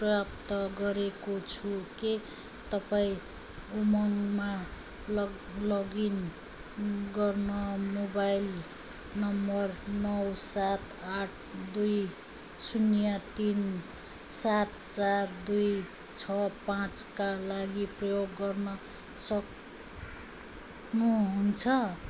प्राप्त गरेको छु के तपाईँँ उमङमा लग लगइन गर्न मोबाइल नम्बर नौ सात आठ दुई शून्य तिन सात चार दुई छ पाँचका लागि प्रयोग गर्न सक्नुहुन्छ